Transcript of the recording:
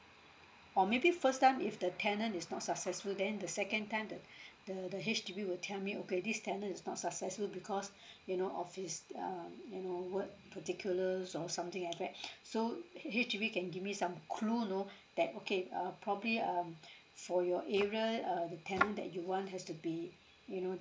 or maybe first time if the tenant is not successful then the second time the the the H_D_B will tell me okay this tenant is not successful because you know of his um you know work particulars or something to that effect so H_D_B can give me some clue you know that okay uh probably um for your area uh the tenant that you want has to be you know